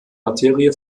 materie